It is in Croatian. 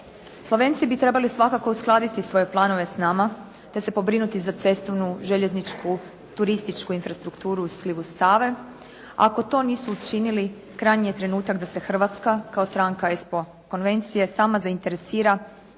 Slovenci bi trebali svakako uskladiti svoje planove s nama te se pobrinuti za cestovnu, željezničku, turističku infrastrukturu u slivu Save. Ako to nisu učinili, krajnji je trenutak da se Hrvatska kao stranka ESPO konvencije sama zainteresira i zatraži